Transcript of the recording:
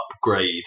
upgrade